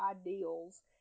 ideals